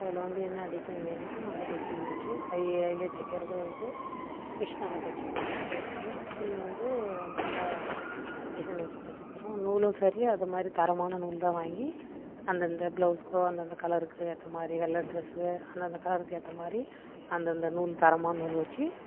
அதில் வந்து என்ன டிசைன் வேணுமோ அந்த டிசைன் வச்சு கையாலேயே தைக்கிறது இருக்குது மிஷினால் தைச்சி கொடுக்குறதும் இருக்குது துணி வந்து நல்லா டிசைன் வச்சு தைச்சி தருவோம் நூலும் சரி அது மாதிரி தரமான நூல்தான் வாங்கி அந்தந்த பிளவுஸ்க்கோ அந்தந்த கலருக்கு ஏற்ற மாதிரி வெள்ளை டிரஸ்ஸு அந்தந்த கலருக்கு ஏற்ற மாதிரி அந்தந்த நூல் தரமான நூல் வச்சு